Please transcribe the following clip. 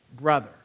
brother